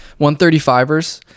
135ers